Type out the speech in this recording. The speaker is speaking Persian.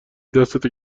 دستتو